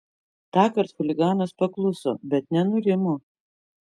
tąkart chuliganas pakluso bet nenurimo